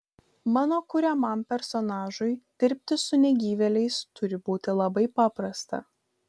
mano kuriamam personažui dirbti su negyvėliais turi būti labai paprasta